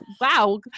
wow